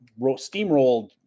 steamrolled